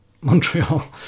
Montreal